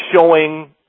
showing